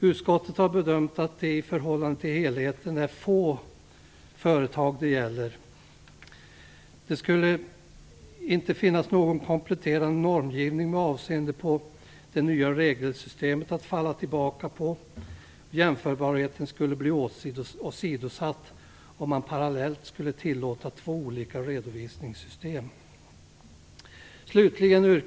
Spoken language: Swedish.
Utskottet har bedömt att det för de i förhållande till helheten få företag det gäller inte skulle finnas någon kompletterande normgivning med avseende på det nya regelsystemet att falla tillbaka på. Jämförbarheten skulle bli åsidosatt om man parallellt skulle tillåta två olika redovisningssystem.